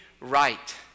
right